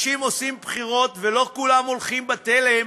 כשנגיע, נדבר.